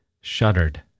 shuddered